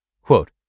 Quote